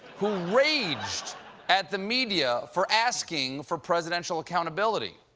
who raged at the media for asking for presidential accountability.